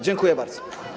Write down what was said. Dziękuję bardzo.